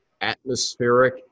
atmospheric